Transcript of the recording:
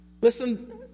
Listen